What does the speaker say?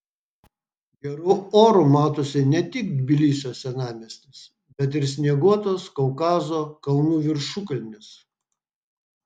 geru oru matosi ne tik tbilisio senamiestis bet ir snieguotos kaukazo kalnų viršukalnės